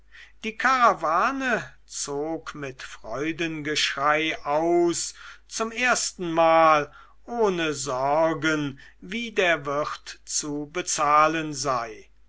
die karawane zog mit freudengeschrei aus zum erstenmal ohne sorgen wie der wirt zu bezahlen sei